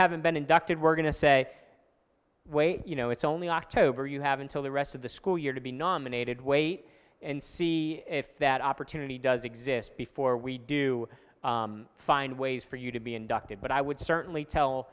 haven't been inducted we're going to say wait you know it's only october you have until the rest of the school year to be nominated wait and see if that opportunity does exist before we do find ways for you to be inducted but i would certainly tell